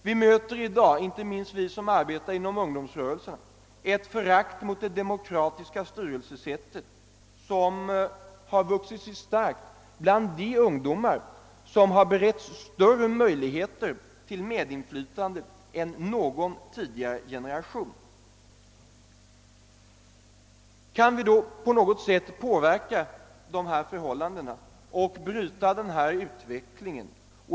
Vi möter i dag — inte minst vi som arbetar inom ungdomsrörelserna — ett förakt mot det demokratiska styrelsesättet, som har vuxit sig starkt bland de ungdomar som beretts större möjligheter till medinflytande än någon tidigare generation. Kan vi då på något sätt påverka dessa förhållanden och bryta den här utvecklingen?